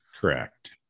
Correct